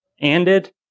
ended